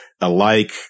alike